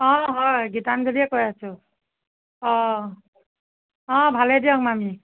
অ হয় গীতাঞ্জলিয়ে কৈ আছোঁ অ অ ভালেই দিয়ক মামী